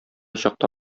чакта